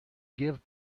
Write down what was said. give